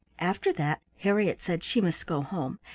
after that harriett said she must go home,